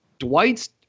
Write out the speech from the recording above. Dwight's